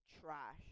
trash